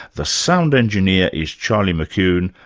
the sound engineer is charlie mckune,